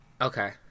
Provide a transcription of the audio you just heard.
Okay